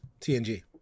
TNG